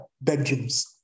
bedrooms